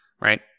right